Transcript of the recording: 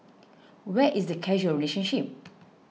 where is the causal relationship